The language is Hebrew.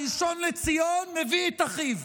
הראשון לציון מביא את אחיו,